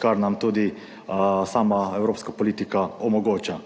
kar nam tudi sama evropska politika omogoča.